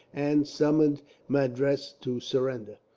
and summoned madras to surrender.